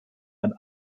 dann